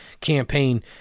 campaign